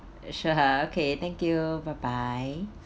sure okay thank you bye bye